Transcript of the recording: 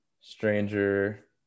Stranger